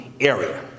area